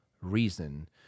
reason